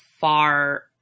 far